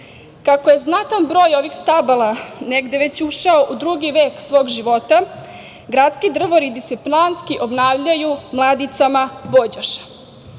Kako je znatan broj ovih stabala negde već ušao u drugi vek svog života, gradski drvari bi se planski obnavljaju mladicama